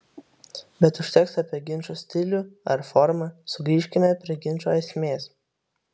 bet užteks apie ginčo stilių ar formą sugrįžkime prie ginčo esmės